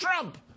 Trump